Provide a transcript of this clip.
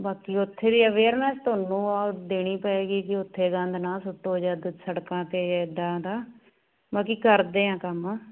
ਬਸ ਉੱਥੇ ਵੀ ਅਵੇਅਰਨੈਸ ਤੁਹਾਨੂੰ ਦੇਣੀ ਪਵੇਗੀ ਜੀ ਉੱਥੇ ਗੰਦ ਨਾ ਸੁੱਟੋ ਜਾ ਸੜਕਾਂ 'ਤੇ ਇੱਦਾਂ ਦਾ ਬਾਕੀ ਕਰਦੇ ਹਾਂ ਕੰਮ